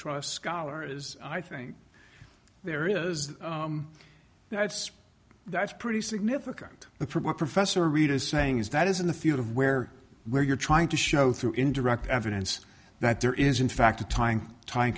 trust scholar is i think there is that's that's pretty significant the professor reid is saying is that is in the field of where where you're trying to show through indirect evidence that there is in fact a time time